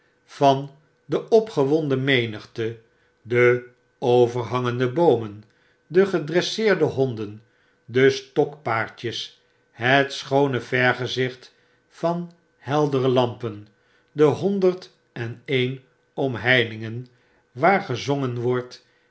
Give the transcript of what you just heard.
van de opgewonden menigte de overhangende boomen de gedresseerde honden de stokpaardjes het schoone vergezicht van heldere lampen de honderd en een omheiningen waar gezongen wordt